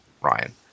Ryan